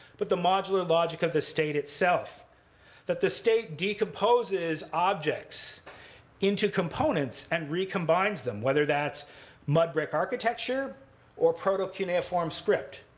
but the modular logic of the state itself that the state decomposes objects into components and recombines them, whether that's mud brick architecture or proto-cuneiform script.